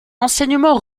enseignement